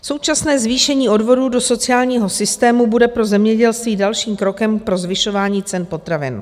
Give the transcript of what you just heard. Současné zvýšení odvodů do sociálního systému bude pro zemědělství dalším krokem pro zvyšování cen potravin.